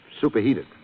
superheated